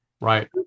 right